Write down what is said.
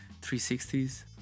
360s